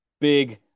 big